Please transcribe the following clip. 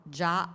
già